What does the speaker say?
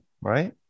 right